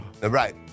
Right